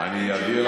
אני מוכן להעביר,